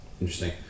Interesting